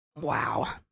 wow